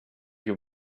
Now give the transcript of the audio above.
you